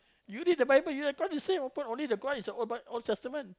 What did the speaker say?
you read the bible you of course you say open only the god is the old b~ old testament